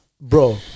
bro